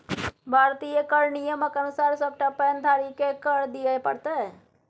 भारतीय कर नियमक अनुसार सभटा पैन धारीकेँ कर दिअ पड़तै